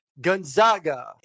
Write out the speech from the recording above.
Gonzaga